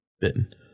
Bitten